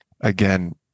again